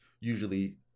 usually